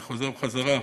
אני חוזר בחזרה.